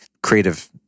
Creative